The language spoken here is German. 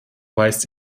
weist